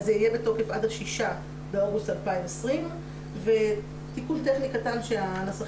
אז זה יהיה בתוקף עד 6.8.2020. תיקון טכני קטן שהנסחית